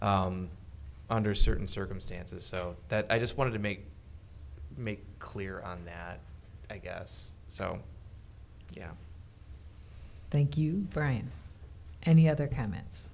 under certain circumstances so that i just wanted to make make clear on that i guess so yeah thank you brain any other comments